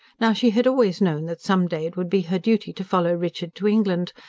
now she had always known that someday it would be her duty to follow richard to england.